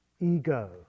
ego